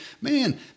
man